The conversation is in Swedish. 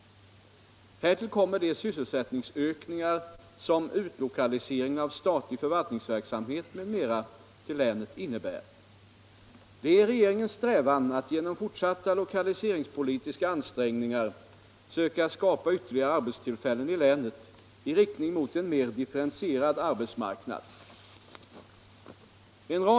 Härtill kommer de sysselsättningsökningar som utlokaliseringen av statlig förvaltningsverksamhet m.m. till länet innebär. Det är regeringens strävan att genom fortsatta lokaliseringspolitiska ansträngningar söka skapa ytterligare arbetstillfällen i länet i riktning mot en mer differentierad arbetsmarknad.